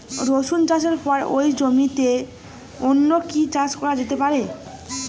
রসুন চাষের পরে ওই জমিতে অন্য কি চাষ করা যেতে পারে?